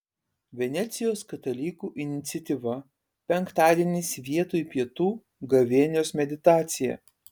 venecijos katalikų iniciatyva penktadieniais vietoj pietų gavėnios meditacija